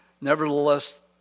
Nevertheless